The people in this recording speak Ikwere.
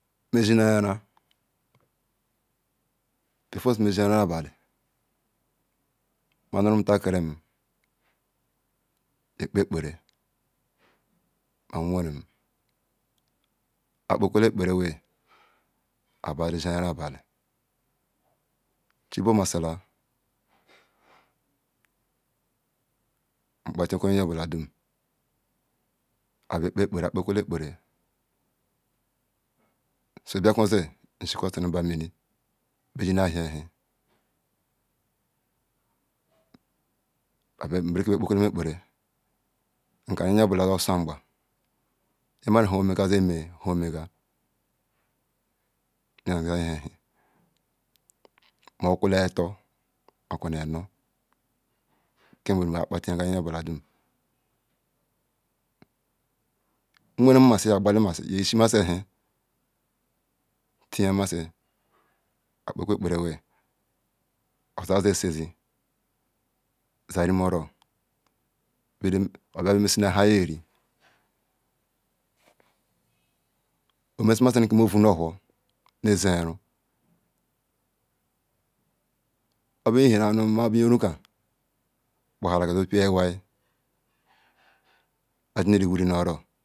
Meshine ayaren before may shin ayenren obali a may kpa kpara my nweren akpa kwela kpara wi aba zen shin ayamren ibali chi bu massia mkpa tinya yo bola dum akpa akpara sibekwan zel nu shi izw an sinu mini beji ahenhen nkanu yobula zen osu alm ban yo bola zen me hun megal yo zen ohen hen ma oquala etul moquanu anu kia mbrol bakpatin yaga yobula dum nwerim ye yishi massi aka tin ya massi akpa kwu ekpa rai ozuzen asassi osa rimoro obia messi nan hayeri omessi massinal kemo vol nu whor obo ihenru my bu yin kakpa hala zuopion iwai azinneri wiri nu oro.